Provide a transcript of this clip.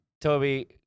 Toby